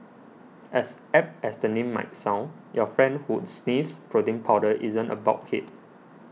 as apt as the name might sound your friend who sniffs protein powder isn't a bulkhead